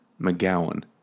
McGowan